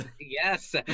Yes